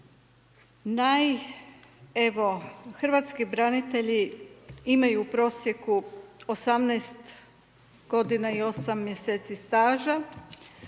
hrvatski branitelji imaju u prosjeku 18 g. i 8 mj. staža,